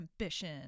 ambition